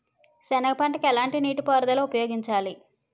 సెనగ పంటకు ఎలాంటి నీటిపారుదల ఉపయోగించాలి?